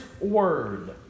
word